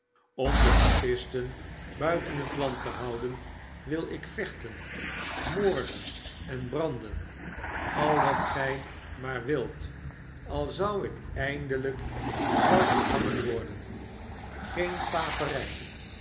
om de papisten buiten het land te houden wil ik vechten moorden en branden al wat gij maar wilt al zou ik eindelijk zelf gehangen worden geen paperij